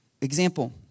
example